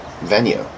venue